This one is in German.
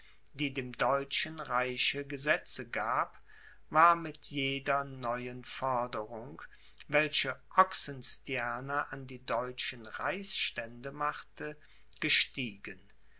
die in dem deutschen reiche gesetze gab war mit jeder neuen forderung welche oxenstierna an die deutschen reichsstände machte gestiegen